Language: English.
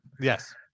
Yes